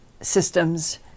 systems